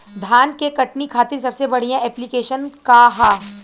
धान के कटनी खातिर सबसे बढ़िया ऐप्लिकेशनका ह?